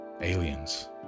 Aliens